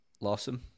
Lawson